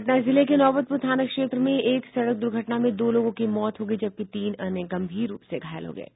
पटना जिले के नौबतपूर थाना क्षेत्र में एक सड़क दूर्घटना में दो लोगों की मौत हो गयी जबकि तीन अन्य गंभीर रूप से घायल हो गये